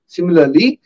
Similarly